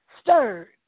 stirred